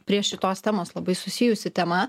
prie šitos temos labai susijusi tema